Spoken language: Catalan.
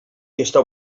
està